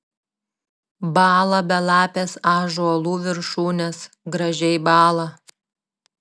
bąla belapės ąžuolų viršūnės gražiai bąla